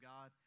God